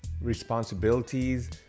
responsibilities